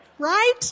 right